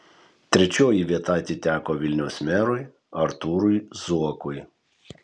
trečioji vieta atiteko vilniaus merui artūrui zuokui